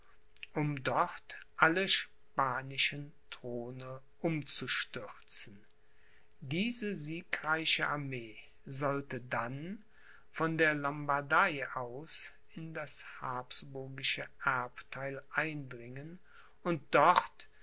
um dort alle spanischen throne umzustürzen diese siegreiche armee sollte dann von der lombardei aus in das habsburgische erbtheil eindringen und dort